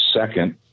second